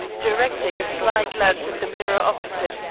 directing a sly glance at the mirror opposite,